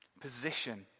Position